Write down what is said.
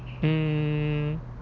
mm